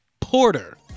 Porter